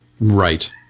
Right